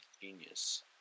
genius